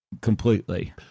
completely